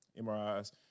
mris